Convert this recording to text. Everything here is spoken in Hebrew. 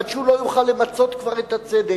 עד שהוא לא יוכל למצות כבר את הצדק.